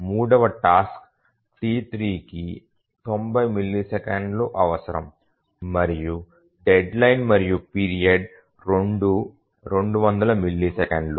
మూడవ టాస్క్ T3కి 90 మిల్లీసెకన్లు అవసరం మరియు డెడ్లైన్ మరియు పీరియడ్ రెండూ 200 మిల్లీసెకన్లు